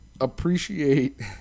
appreciate